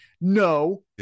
no